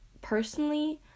personally